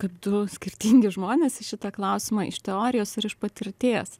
kaip du skirtingi žmonės į šitą klausimą iš teorijos ir iš patirties